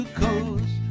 coast